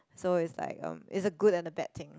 so it's like um it's a good and a bad thing